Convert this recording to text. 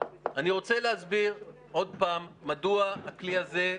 אני רוצה להסביר עוד פעם למה אנחנו רוצים את הכלי הזה.